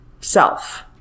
self